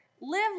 live